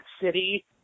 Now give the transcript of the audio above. City